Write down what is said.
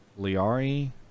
Liari